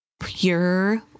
pure